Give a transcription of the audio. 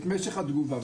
את משך התגובה.